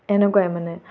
এনেকুৱাই মানে